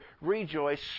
rejoice